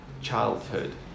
childhood